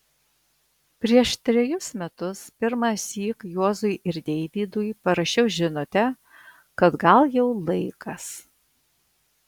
prieš trejus metus pirmąsyk juozui ir deivydui parašiau žinutę kad gal jau laikas